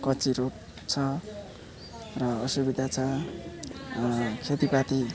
कच्ची रोड छ र असुविधा छ खेतीपाती